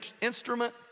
instrument